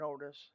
notice